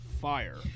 fire